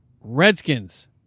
Redskins